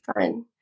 fun